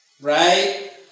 right